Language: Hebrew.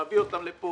להביא אותן לכאן,